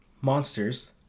Monsters